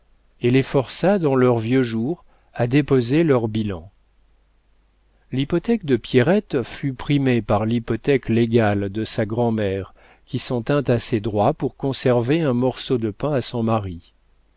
et les força dans leurs vieux jours à déposer leur bilan l'hypothèque de pierrette fut primée par l'hypothèque légale de sa grand'mère qui s'en tint à ses droits pour conserver un morceau de pain à son mari